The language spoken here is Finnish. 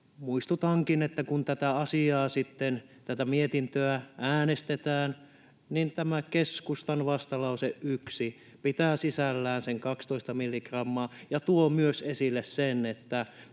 asiasta sitten, tästä mietinnöstä, äänestetään, niin tämä keskustan vastalause 1 pitää sisällään sen 12 milligrammaa ja tuo myös esille sen — mitä